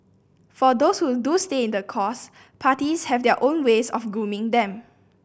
for those who do stay the course parties have their own ways of grooming them